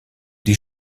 die